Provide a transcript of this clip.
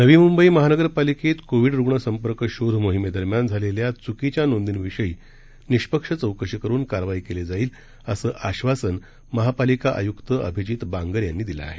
नवी मुंबई महानगरपालिकेत कोविड रूग्ण संपर्क शोध मोहिमेदरम्यान झालेल्या च्कीच्या नोंदींविषयी निष्पक्ष चौकशी करून कारवाई केली जाईल असं आश्वासन महापालिका आयुक्त अभिजीत बांगर यांनी दिलं आहे